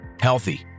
healthy